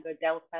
Delta